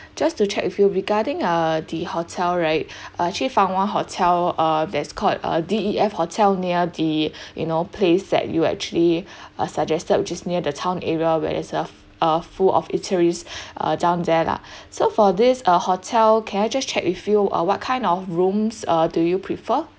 just to check with you regarding uh the hotel right I actually found one hotel uh that's called uh D E F hotel near the you know place that you actually uh suggested which is near the town area where it's a f~ uh full of eateries uh down there lah so for this uh hotel can I just check with you uh what kind of rooms uh do you prefer